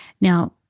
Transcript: Now